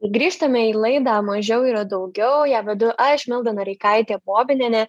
grįžtame į laidą mažiau yra daugiau ją vedu aš milda noreikaitė bobinienė